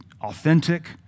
authentic